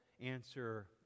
answer